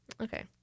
Okay